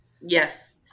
Yes